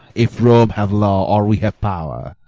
if rome have law or we have power,